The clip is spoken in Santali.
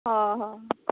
ᱦᱚᱸ ᱦᱚᱸ